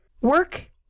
Work